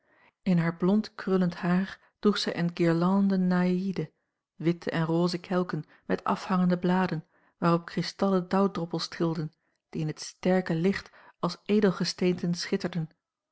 in haar blond krullend haar droeg zij eene guirlande nayde witte en rose kelken met afhangende bladen waarop kristallen dauwdroppels trilden die in het sterke licht als edelgesteenten schitterden